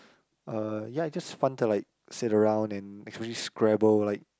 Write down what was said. uh ya just fun to like sit around and especially Scrabble like